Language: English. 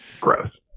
Gross